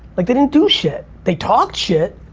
like they didn't do shit. they talked shit.